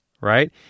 right